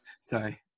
sorry